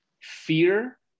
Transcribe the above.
fear